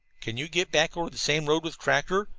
can you get back over the same road with tractor?